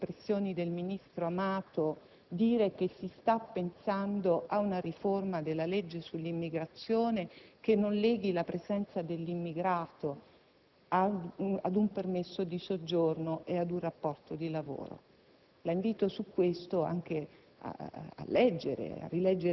non ho sentito finora, nelle espressioni del ministro Amato, che si sta pensando a una riforma della legge sull'immigrazione che non leghi la presenza dell'immigrato ad un permesso di soggiorno e ad un rapporto di lavoro.